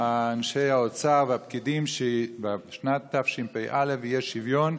אנשי האוצר והפקידים, שבשנת תשפ"א יהיה שוויון,